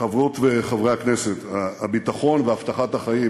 חברות וחברי הכנסת, הביטחון והבטחת החיים